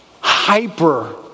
hyper-